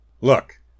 Look